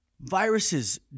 Viruses